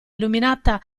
illuminata